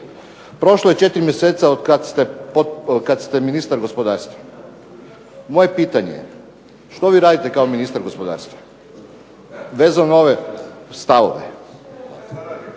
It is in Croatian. Prošlo je 4 mjeseca od kad ste ministar gospodarstva. Moje je pitanje, što vi radite kao ministar gospodarstva vezano na ove stavove.